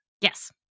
yes